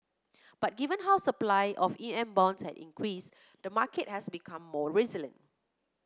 but given how supply of E M bonds has increased the market has become more resilient